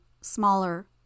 smaller